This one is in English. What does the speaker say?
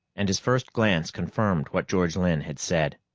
and his first glance confirmed what george lynn had said.